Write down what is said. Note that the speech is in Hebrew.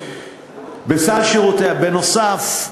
בנוסף,